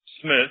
Smith